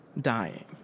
dying